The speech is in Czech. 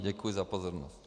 Děkuji za pozornost.